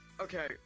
Okay